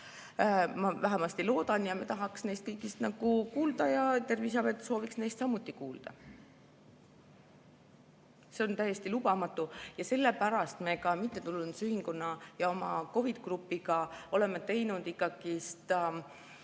Ma vähemasti loodan. Me tahaks neist kõigist kuulda ja Terviseamet sooviks neist samuti kuulda. See on täiesti lubamatu ja sellepärast me ka mittetulundusühinguga ja oma COVID‑grupiga oleme teinud